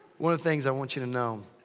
one of the things i want you to know.